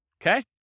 okay